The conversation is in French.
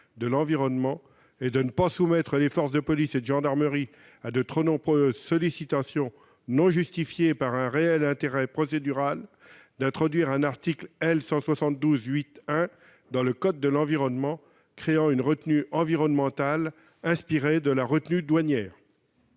de l'environnement et de ne pas soumettre les forces de police et de gendarmerie à de trop nombreuses sollicitations non justifiées par un réel intérêt procédural, d'introduire un article L. 172-8-1 dans le code de l'environnement créant une retenue environnementale inspirée de la retenue douanière.